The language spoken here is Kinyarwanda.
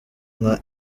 nka